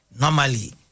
normally